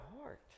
heart